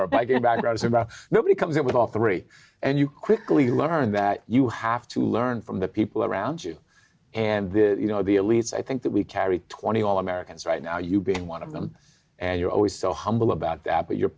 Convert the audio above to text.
about nobody comes up with all three and you quickly learn that you have to learn from the people around you and the you know the elites i think that we carry twenty all americans right now you being one of them and you're always so humble about that but you're